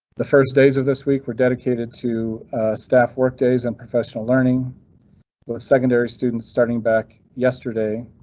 the first days of this week were dedicated to staff work days and professional learning, with secondary students starting back yesterday.